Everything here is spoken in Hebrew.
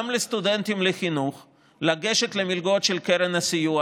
לסטודנטים לחינוך לגשת למלגות של קרן הסיוע.